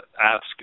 ask